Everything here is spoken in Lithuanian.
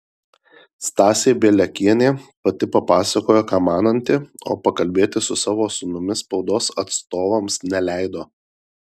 stasė bieliakienė pati papasakojo ką mananti o pakalbėti su savo sūnumi spaudos atstovams neleido